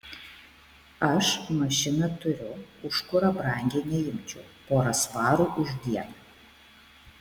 aš mašiną turiu už kurą brangiai neimčiau porą svarų už dieną